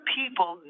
people